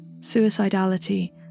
suicidality